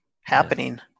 happening